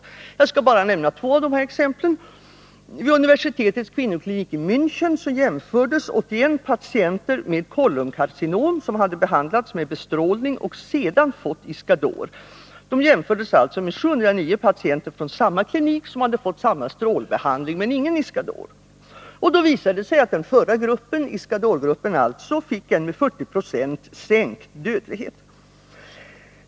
Jag skall bara nämna två av de här exemplen. Vid universitetets kvinnoklinik i Mänchen jämfördes 81 patienter med collumkarcinom, som behandlats med bestrålning och sedan fått Iscador, med 709 patienter från samma klinik som fått samma strålbehandling men ingen Iscador. Då visade det sig att den förra gruppen, alltså Iscadorgruppen, hade en med 40 96 sänkt dödlighet.